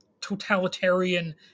totalitarian